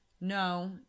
No